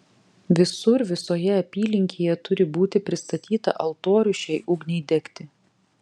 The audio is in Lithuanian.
visur visoje apylinkėje turi būti pristatyta altorių šiai ugniai degti